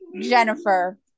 Jennifer